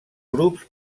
grups